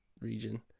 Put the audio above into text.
region